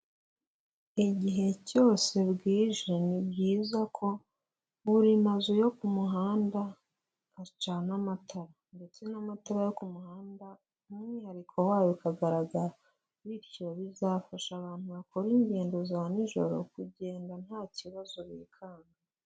Igihe cyose bwije ni byiza ko buri mazu yo ku muhanda acana amata ndetse n'amatara yo ku muhanda umwihariko wayo akagaragara bityo bizafasha abantu bakora ingendo za nijoro kugenda nta kibazo bikanga.